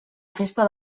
festa